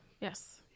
Yes